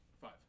Five